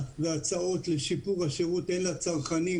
בין הצרכן